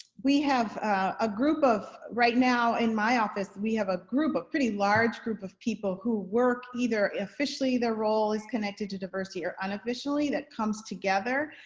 we have a group of right now in my office, we have a group a pretty large group of people who work either officially their role is connected to diversity or unofficially that comes together,